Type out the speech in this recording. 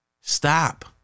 Stop